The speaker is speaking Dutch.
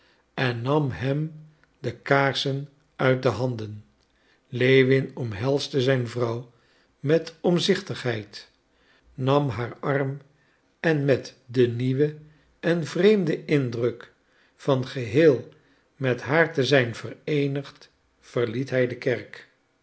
en nam hem de kaarsen uit de handen lewin omhelsde zijn vrouw met omzichtigheid nam haar arm en met den nieuwen en vreemden indruk van geheel met haar te zijn vereenigd verliet hij de kerk